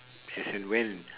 as and when